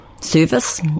service